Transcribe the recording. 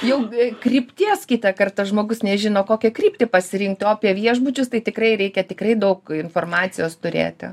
jau be krypties kitą kartą žmogus nežino kokią kryptį pasirinkti o apie viešbučius tai tikrai reikia tikrai daug informacijos turėti